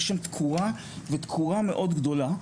יש שם תקורה ותקורה מאוד גדולה,